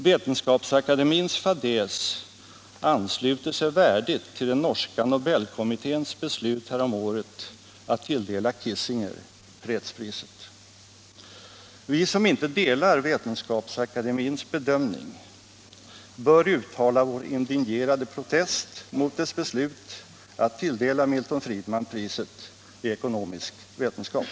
Vetenskapsakademiens fadäs ansluter sig värdigt till den norska nobelkommitténs beslut häromåret att tilldela Kissinger fredspriset. Vi som inte delar Vetenskapsakademiens bedömning bör uttala vår indignerade protest mot dess beslut att tilldela Milton Friedman priset i ekonomisk vetenskap.